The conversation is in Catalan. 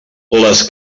les